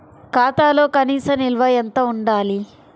ఖాతాలో కనీస నిల్వ ఎంత ఉండాలి?